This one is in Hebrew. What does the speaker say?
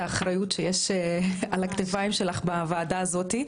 האחריות שיש על הכתפיים שלך בוועדה הזאת.